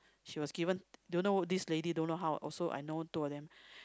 she was given don't know this lady don't know how also I know two of them